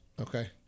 Okay